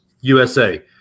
USA